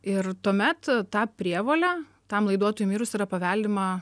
ir tuomet tą prievolę tam laiduotojui mirus yra paveldima